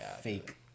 fake